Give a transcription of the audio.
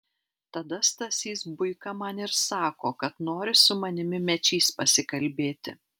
tada stasys buika man ir sako kad nori su manimi mečys pasikalbėti